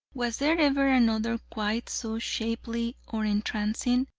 was there ever another quite so shapely or entrancing?